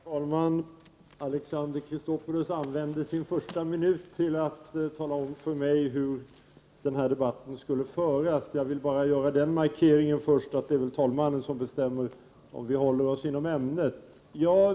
Herr talman! Alexander Chrisopoulos använde den första minuten av sitt anförande till att tala om för mig hur den här debatten skall föras. Jag vill först göra den markeringen att det är talmannen som avgör om vi håller oss inom ämnet.